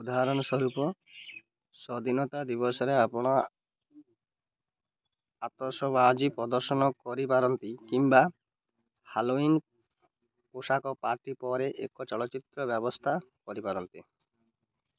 ଉଦାହରଣ ସ୍ଵରୂପ ସ୍ୱାଧୀନତା ଦିବସରେ ଆପଣ ଆତସବାଜି ପ୍ରଦର୍ଶନ କରିପାରନ୍ତି କିମ୍ବା ହାଲୋୱିନ୍ ପୋଷାକ ପାର୍ଟି ପରେ ଏକ ଚଳଚ୍ଚିତ୍ରର ବ୍ୟବସ୍ଥା କରିପାରନ୍ତି